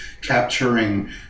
capturing